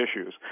issues